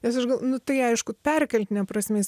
nes aš galvo nu tai aišku perkeltine prasme